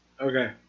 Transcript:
Okay